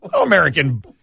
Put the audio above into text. American